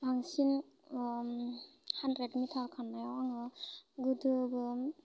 बांसिन hundred meter खारनायाव आङो गोदोबो